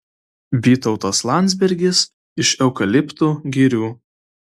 vytautas landsbergis iš eukaliptų girių